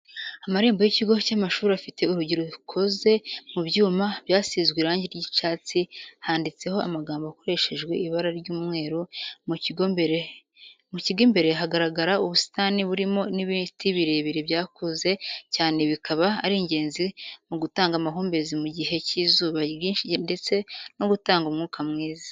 Amarembo y'ikigo cy'amashuri afite urugi rukoze mu byuma byasizwe irangi ry'icyatsi handitseho amagambo akoreshejwe ibara ry'umweru, mu kigo imbere hagaragara ubusitani burimo n'ibiti birebire byakuze cyane bikaba ari ingenzi mu gutanga amahumbezi mu gihe cy'izuba ryinshi ndetse no gutanga umwuka mwiza.